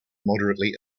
moderately